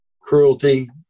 cruelty